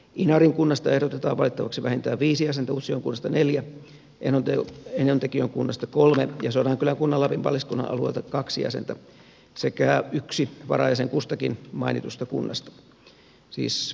inarin kunnasta ehdotetaan valittavaksi vähintään viisi jäsentä utsjoen kunnasta neljä enontekiön kunnasta kolme ja sodankylän kunnan lapin paliskunnan alueelta kaksi jäsentä sekä yksi varajäsen kustakin mainitusta kunnasta siis vähimmäismääränä